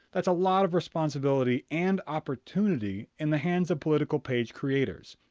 that's a lot of responsibility and opportunity in the hands of political page creators.